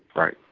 right.